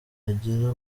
agira